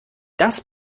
das